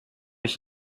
ich